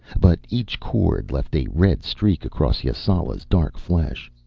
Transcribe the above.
but each cord left a red streak across yasala's dark flesh.